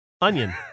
Onion